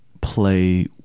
play